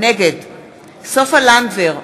נגד סופה לנדבר,